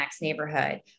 neighborhood